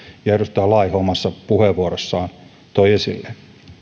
ja edustaja laiho omassa puheenvuorossaan toivat esille